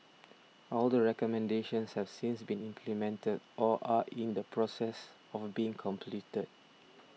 all the recommendations have since been implemented or are in the process of being completed